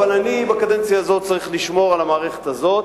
אבל בקדנציה הזאת אני צריך לשמור על המערכת הזאת.